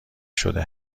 شده